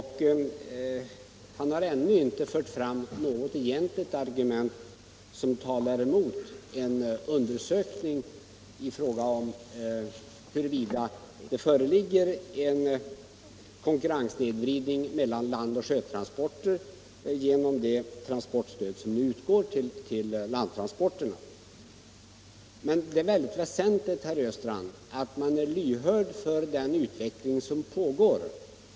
Han har ännu inte anfört något egentligt argument emot en undersökning av huruvida det föreligger en konkurrenssnedvridning mellan landoch sjötransporter på grund av det transportstöd som nu utgår till landtransporterna. Men det är väldigt väsentligt, herr Östrand, att man är lyhörd för den utveckling som pågår.